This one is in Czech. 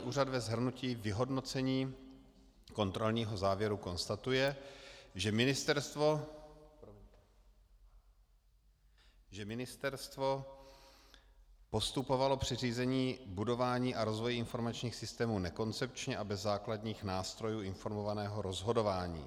NKÚ ve shrnutí vyhodnocení kontrolního závěru konstatuje, že ministerstvo postupovalo při řízení, budování a rozvoji informačních systémů nekoncepčně a bez základních nástrojů informovaného rozhodování.